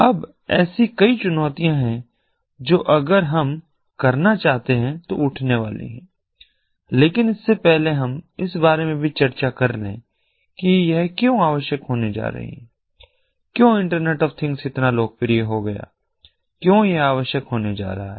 अब ऐसी कई चुनौतियाँ हैं जो अगर हम करना चाहते हैं तो उठने वाली हैं लेकिन इससे पहले हम इस बारे में भी चर्चा कर लें कि यह क्यों आवश्यक होने जा रही है क्यों इंटरनेट ऑफ थिंग्स इतना लोकप्रिय हो गया क्यों यह आवश्यक होने जा रहा है